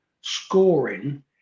scoring